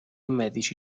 medici